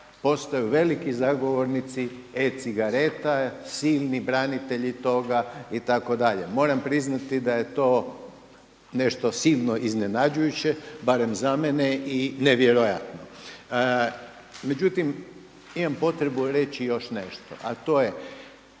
postaju veliki zagovornici e-cigareta, silni branitelji toga itd.. Moram priznati da je to nešto silno iznenađujuće, barem za mene i nevjerojatno. Međutim, imam potrebu reći još nešto a to je,